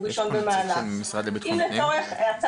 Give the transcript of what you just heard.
אנחנו חשבנו שהסוגיה הזאת והיקף התלונות